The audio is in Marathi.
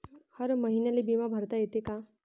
दर महिन्याले बिमा भरता येते का?